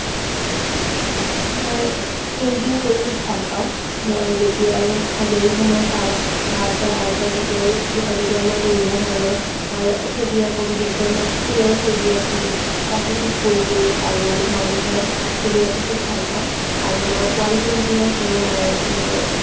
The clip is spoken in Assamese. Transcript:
মই পেইণ্টিং কৰি খুব ভাল পাওঁ মই যেতিয়াই আজৰি সময় পাওঁ বা পঢ়াৰ পৰা যেতিয়াই তেতিয়াই মই বিভিন্ন ধৰণৰ ছবি আকোঁ বিশেষকৈ মই ফুলৰ ছবি আকি প্ৰাকৃতিক পৰিৱেশ আৰু মানুহৰ ছবি আঁকি খুব ভাল পাওঁ আৰু মই ৱাল পেইণ্টিঙো কৰোঁ মই মোৰ